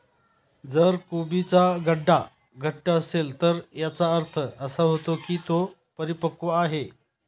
जर कोबीचा गड्डा घट्ट असेल तर याचा अर्थ असा होतो की तो परिपक्व आहे